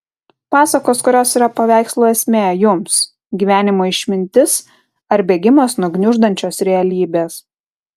pasakos kurios yra paveikslų esmė jums gyvenimo išmintis ar bėgimas nuo gniuždančios realybės